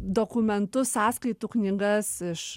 dokumentus sąskaitų knygas iš